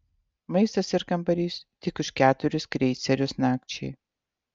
maistas ir kambarys tik už keturis kreicerius nakčiai